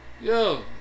Yo